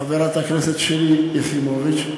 חברת הכנסת שלי יחימוביץ.